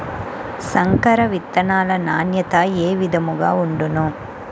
సంకర విత్తనాల నాణ్యత ఏ విధముగా ఉండును?